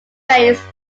base